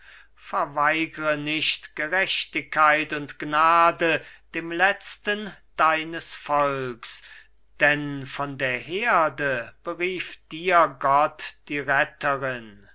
verweigre nicht gerechtigkeit und gnade dem letzten deines volks denn von der herde berief dir gott die retterin